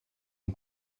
hem